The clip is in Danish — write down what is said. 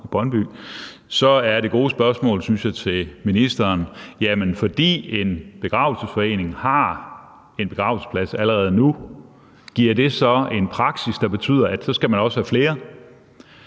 i Brøndby – så er det gode spørgsmål til ministeren: Fordi en begravelsesforening har en begravelsesplads allerede nu, bliver det så en praksis, der betyder, at man så også skal have flere?